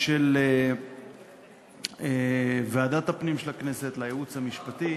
של ועדת הפנים של הכנסת, לייעוץ המשפטי,